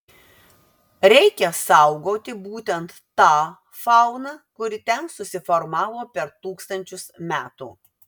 reikia saugoti būtent tą fauną kuri ten susiformavo per tūkstančius metų